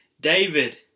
David